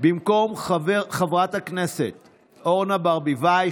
במקום חברת הכנסת אורנה ברביבאי,